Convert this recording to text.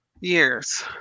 Years